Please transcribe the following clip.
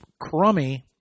crummy